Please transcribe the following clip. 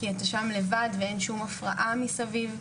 כי אתה שם לבד ואין שום הפרעה מסביב,